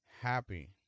Happy